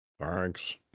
Thanks